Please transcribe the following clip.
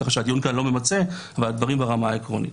כך שהדיון כאן לא ממצה והדברים ברמה העקרונית.